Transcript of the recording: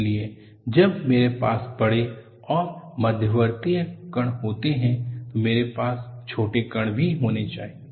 इसलिए जब मेरे पास बड़े और मध्यवर्ती होते हैं तो मेरे पास छोटे कण भी होने चाहिए